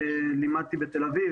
לימדתי בתל אביב,